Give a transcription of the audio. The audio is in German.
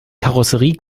karosserie